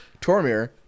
Tormir